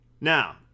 Now